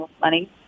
money